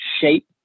shape